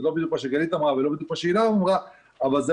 זה לא בדיוק מה שגלית אמרה ולא בדיוק